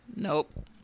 Nope